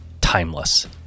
timeless